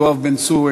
יואב בן צור,